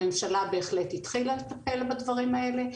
הממשלה בהחלט התחילה לטפל בדברים האלה,